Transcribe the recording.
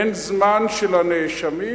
אין זמן של הנאשמים?